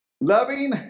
Loving